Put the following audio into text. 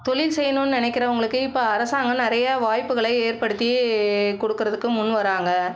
தொழில் செய்யணும்னு நினைக்கிறவங்களுக்கு இப்போ அரசாங்கம் நிறையா வாய்ப்புகளை ஏற்படுத்தியே கொடுக்கறதுக்கு முன் வராங்கள்